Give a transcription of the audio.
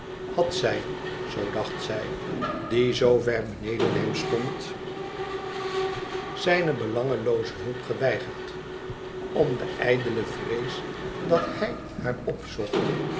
had zij zoo dacht zij die zoo ver beneden hem stond zijne belangelooze hulp geweigerd om de ijdele vrees dat hij haar op